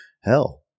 hell